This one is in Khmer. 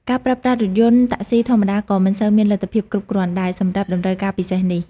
ការប្រើប្រាស់រថយន្តតាក់ស៊ីធម្មតាក៏មិនសូវមានលទ្ធភាពគ្រប់គ្រាន់ដែរ សម្រាប់តម្រូវការពិសេសនេះ។